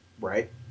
Right